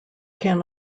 can